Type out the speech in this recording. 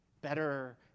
better